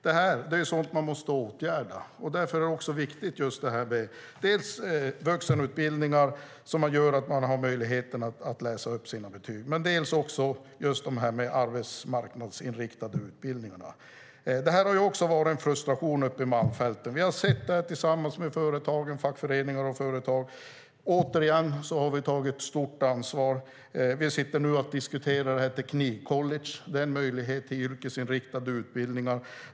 Det är sådant man måste åtgärda. Därför är det viktigt med dels vuxenutbildningar som gör att man har möjlighet att läsa upp sina betyg, dels de arbetsmarknadsinriktade utbildningarna. Detta har lett till frustration uppe i Malmfälten. Vi har sett detta tillsammans med fackföreningar och företag. Återigen har vi tagit stort ansvar. Vi sitter nu och diskuterar teknikcolleget med möjlighet till yrkesinriktade utbildningar.